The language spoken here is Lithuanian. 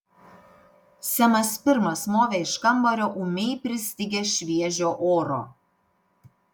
semas pirmas movė iš kambario ūmiai pristigęs šviežio oro